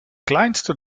kleinste